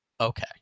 Okay